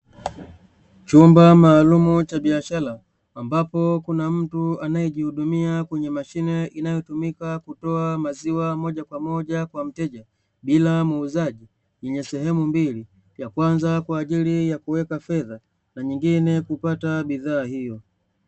Chumba maalumu cha biashara, ambapo kuna mtu anayejihudumia kwenye mashine, inayotumika kutoa maziwa moja kwa moja kwa mteja bila muuzaji, yenye sehemu mbili; ya kwanza kwa ajili ya kuweka fedha na nyingine kupata bidhaa hiyo.